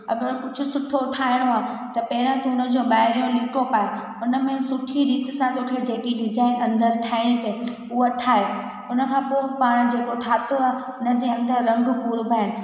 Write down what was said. अगरि कुझु सुठो ठाहिणो आहे त पहिरियां तू उनजो ॿाइरियो लीको पाए उनमें सुठी रीति सां तोखे जेकी डिजाइन अंदरि ठाहींणी अथई हूअ ठाहे उनखां पोइ पाण जेको ठातो आहे उनजे अंदरि रंग पूरो भर